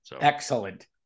Excellent